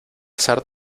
zar